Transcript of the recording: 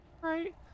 Right